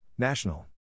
National